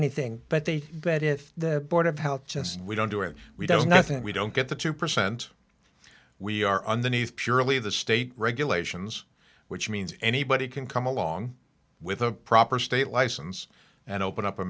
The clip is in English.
anything but they bet if the board of health just we don't do it we don't i think we don't get the two percent we are underneath purely the state regulations which means anybody can come along with a proper state license and open up